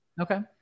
Okay